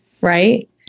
right